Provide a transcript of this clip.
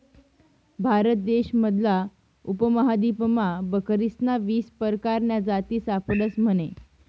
भारत देश मधला उपमहादीपमा बकरीस्न्या वीस परकारन्या जाती सापडतस म्हने